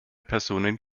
personen